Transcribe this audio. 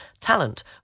talent